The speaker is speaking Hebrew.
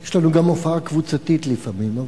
יש לנו גם הופעה קבוצתית לפעמים,